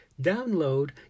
download